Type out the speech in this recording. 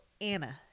Anna